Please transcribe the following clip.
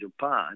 Japan